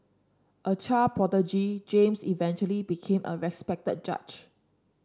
a child prodigy James eventually became a respected judge